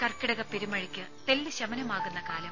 കർക്കിടക പെരുമഴയ്ക്ക് തെല്ലുശമനമാകുന്ന കാലം